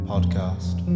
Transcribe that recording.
Podcast